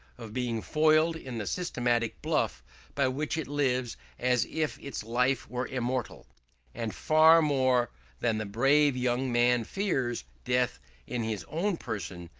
of being foiled in the systematic bluff by which it lives as if its life were immortal and far more than the brave young man fears death in his own person,